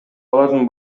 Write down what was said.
алардын